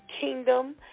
kingdom